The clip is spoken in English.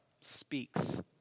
Speaks